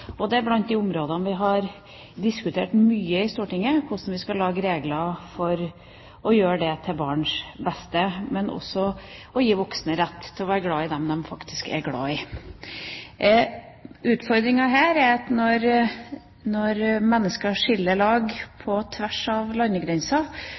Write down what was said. saker. Det er blant de sakene vi har diskutert mye i Stortinget, hvordan vi skal lage regler som er til barns beste, men vi må også gi voksne rett til å være glad i dem de faktisk er glad i. Utfordringa her er at når mennesker skiller lag